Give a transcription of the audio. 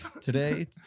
Today